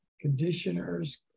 conditioners